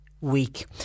week